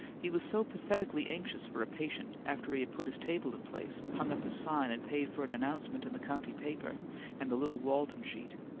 he was so pathetically anxious for a patient, after he had put his table in place, hung up his sign, and paid for an announcement in the county paper and the little walden sheet,